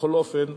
בכל אופן,